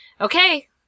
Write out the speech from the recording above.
okay